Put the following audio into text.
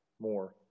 more